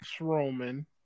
Roman